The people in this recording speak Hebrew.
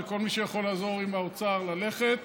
וכל מי שיכול לעזור עם האוצר ללכת